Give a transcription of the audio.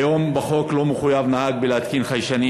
היום לפי החוק נהג לא מחויב להתקין חיישנים,